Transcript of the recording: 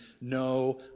No